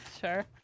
Sure